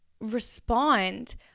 respond